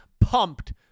pumped